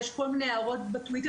יש כל מיני הערות בטווייטר,